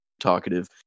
talkative